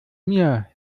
mir